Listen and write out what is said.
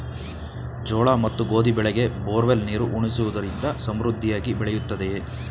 ಜೋಳ ಮತ್ತು ಗೋಧಿ ಬೆಳೆಗೆ ಬೋರ್ವೆಲ್ ನೀರು ಉಣಿಸುವುದರಿಂದ ಸಮೃದ್ಧಿಯಾಗಿ ಬೆಳೆಯುತ್ತದೆಯೇ?